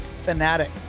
fanatic